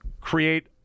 create